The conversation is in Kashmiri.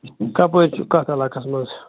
کَپٲرۍ چھُ کَتھ علاقَس منٛز